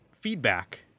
feedback